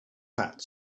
pat